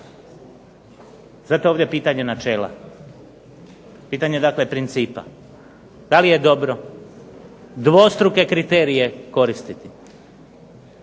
Dakle, ovdje je pitanje načela. Pitanje je dakle principa da li je dobro dvostruke kriterije koristiti.